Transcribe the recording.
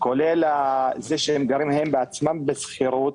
כולל זה שהם בעצמם גרים בשכירות,